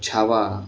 Chhava